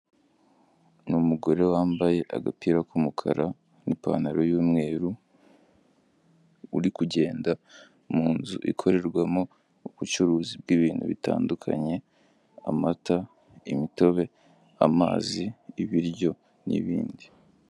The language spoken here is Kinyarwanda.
Ni umugore wambaye agapira k'umukara n'ipantaro y'umweru uri kugenda mu nzu ikorerwamo ubucuruzi bw'ibintu bitandukanye amata, imitobe, amazi, ibiryo n'ibindi.